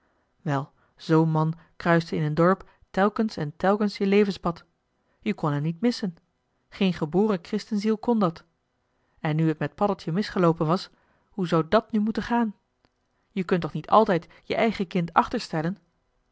wel zoo'n man kruiste in een dorp telkens en telkens je levenspad je kon hem niet missen geen geboren christenziel kon dat en nu het met paddeltje misgeloopen was hoe zou dàt nu moeten gaan je kunt toch niet altijd je eigen kind achter stellen